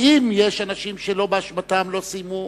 כי אם יש אנשים שלא באשמתם לא סיימו,